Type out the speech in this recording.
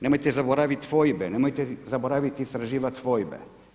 Nemojte zaboravit fojbe, nemojte zaboraviti istraživati fojbe.